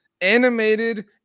animated